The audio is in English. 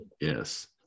Yes